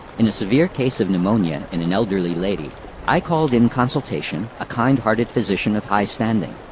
in a severe case of pneumonia in an elderly lady i called in consultation a kind-hearted physician of high standing.